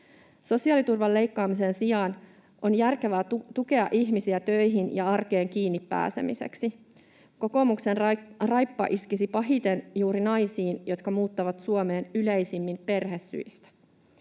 Sosiaaliturvan leikkaamisen sijaan on järkevää tukea ihmisiä töihin ja arkeen kiinni pääsemiseksi. Kokoomuksen raippa iskisi pahiten juuri naisiin, jotka muuttavat Suomeen yleisimmin perhesyistä.